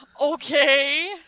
Okay